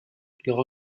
leur